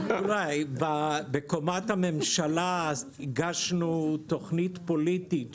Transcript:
בקומת הממשלה הגשנו תוכנית פוליטית.